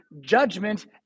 judgment